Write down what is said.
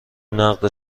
نقد